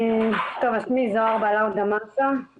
אז שמי זוהר בלאו דמסה,